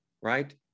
Right